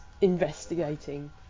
investigating